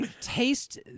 taste